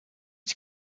die